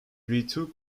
retook